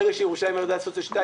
ברגע שירושלים היא סוציו-2,